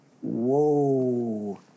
Whoa